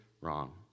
wrong